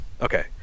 Okay